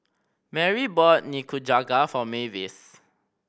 Merry bought Nikujaga for Mavis